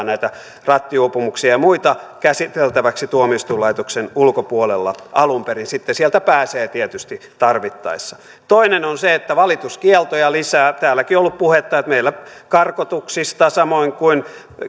näitä rattijuopumuksia ja muita käsiteltäväksi tuomioistuinlaitoksen ulkopuolella alun perin sitten sieltä pääsee tietysti tarvittaessa toinen on se että valituskieltoja lisää täälläkin on ollut puhetta että meillä karkotuksista samoin kuin